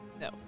No